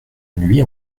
nuit